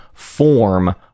form